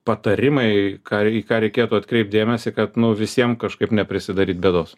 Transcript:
patarimai ką į ką reikėtų atkreipt dėmesį kad nu visiem kažkaip neprisidaryt bėdos